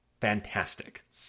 fantastic